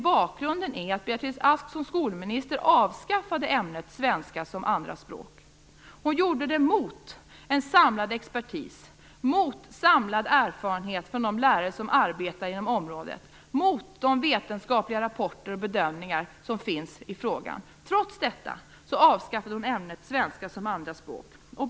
Bakgrunden är ju att Beatrice Ask som skolminister avskaffade ämnet svenska som andra språk. Hon gjorde det mot en samlad expertis, mot samlad erfarenhet från de lärare som arbetar inom området och mot de vetenskapliga rapporter och bedömningar som finns i frågan. Trots detta avskaffade hon ämnet svenska som andra språk.